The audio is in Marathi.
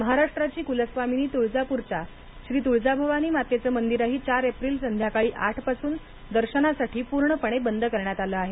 महाराष्ट्राची कुलस्वामिनी तुळजापूरच्या श्री तुळजाभवानी मातेचं मंदिरही चार एप्रिल संध्याकाळी आठ पासून दर्शनासाठी पूर्णपणे बंद करण्यात आलं आहे